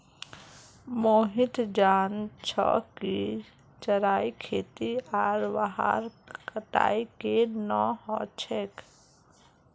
मोहित जान छ कि चाईर खेती आर वहार कटाई केन न ह छेक